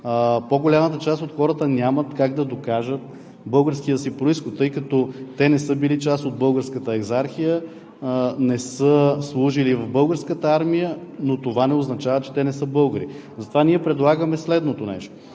по-голямата част от хората нямат как да докажат българския си произход, тъй като те не са били част от Българската екзархия, не са служили в Българската армия, но това не означава, че те не са българи. Затова ние предлагаме следното нещо: